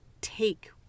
take